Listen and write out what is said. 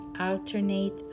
alternate